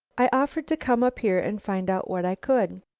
i offered to come up here and find out what i could.